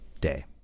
Day